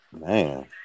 Man